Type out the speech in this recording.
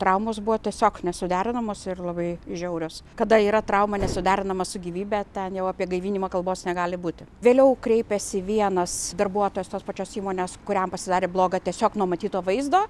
traumos buvo tiesiog nesuderinamos ir labai žiaurios kada yra trauma nesuderinama su gyvybe ten jau apie gaivinimą kalbos negali būti vėliau kreipėsi vienas darbuotojas tos pačios įmonės kuriam pasidarė bloga tiesiog nuo matyto vaizdo